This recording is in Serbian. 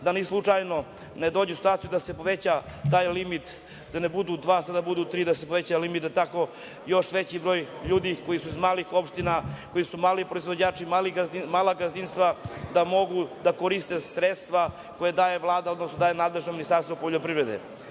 da ni slučajno ne dođe u situaciju da se poveća taj limit, da ne budu dva, sad da budu tri, da se poveća limit, da tako još veći broj ljudi koji su iz malih opština, koji su mali proizvođači, mala gazdinstva da mogu da koriste sredstva koje daje Vlada, odnosno nadležno Ministarstvo poljoprivrede.